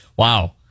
Wow